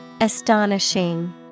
Astonishing